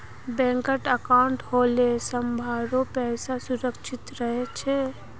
बैंकत अंकाउट होले सभारो पैसा सुरक्षित रह छेक